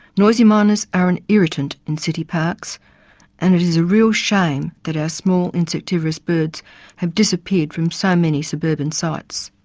noisy miners are an irritant in city parks and it is a real shame that our small insectivorous birds have disappeared from so many suburban sites.